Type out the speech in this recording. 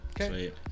Okay